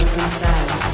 inside